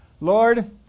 Lord